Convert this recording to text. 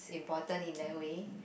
important is that way